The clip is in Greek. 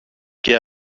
και